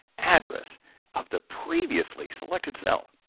address of the previously selected cell?